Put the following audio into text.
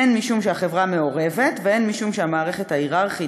הן משום החברה המעורבת והן משום המערכת ההייררכית